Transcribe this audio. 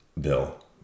Bill